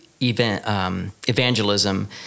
evangelism